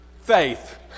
faith